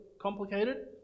complicated